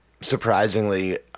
surprisingly